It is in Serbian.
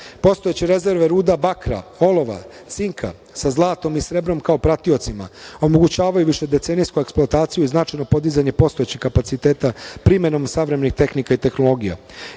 rezerve ruda bakra, olova, cinka, sa zlatom i srebrom kao pratiocima omogućavaju višedecenijsku eksploataciju i značajno podizanje postojećih kapaciteta primenom savremenih tehnika i tehnologija. Izgradnjom